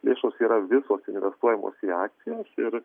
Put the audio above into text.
lėšos yra visos investuojamos į akcijas ir